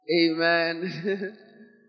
Amen